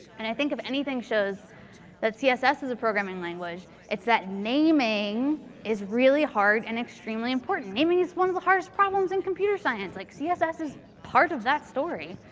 and i think if anything shows that css is a programming language, it's that naming is really hard and extremely important. naming is one of the hardest problems in computer science like css is part of that story.